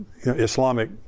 Islamic